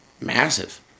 Massive